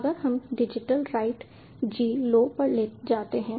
अगला हम digitalWrite g लो पर जाते हैं